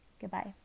Goodbye